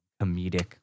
comedic